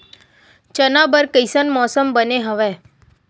चना बर कइसन मौसम बने हवय?